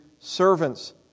servants